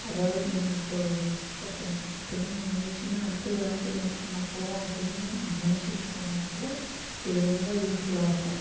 அதாவது நம்ம இப்போ ஒருத்தங் திருமணம் முடிஞ்சுருச்சுன்னா அடுத்தது வாழ்க்கையில் என்ன பண்ணப் போகிறோம் அப்படின்னு நினச்சுட்டு இருக்கவங்க கூட இது ரொம்ப யூஸ்ஃபுல்லாக இருக்கும்